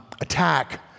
attack